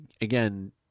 again